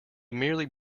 merely